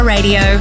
Radio